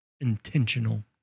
intentional